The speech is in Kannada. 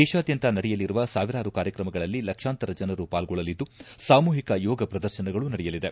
ದೇಶಾದ್ಯಂತ ನಡೆಯಲಿರುವ ಸಾವಿರಾರು ಕಾರ್ಯಕ್ರಮಗಳಲ್ಲಿ ಲಕ್ಷಾಂತರ ಜನರು ಪಾಲ್ಗೊಳ್ಳಲಿದ್ದು ಸಾಮೂಹಿಕ ಯೋಗ ಪ್ರದರ್ಶನಗಳು ನಡೆಯಲಿದೆ